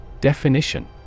Definition